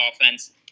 offense